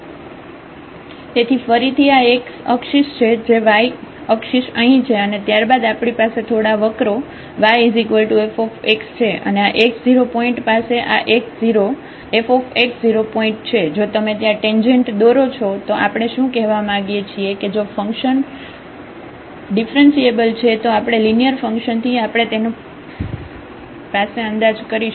તેથી ફરીથી આ xઅક્ષિસ છે y અક્ષિસ અહીં છે અને ત્યારબાદ આપણી પાસે થોડા વક્રો yfx છે અને આ x0 પોઇન્ટ પાસે આ x0 f પોઇન્ટ છે જો તમે ત્યાં ટેંજેન્ટ દોરો છો તો આપણે શું કહેવા માંગીએ છીએ કે જો ફંકશન ડિફ્રન્સિએબલ છે તો આપણે લિનિયર ફંક્શન થી આપણે તેનો પાસે અંદાજ કરી શકીએ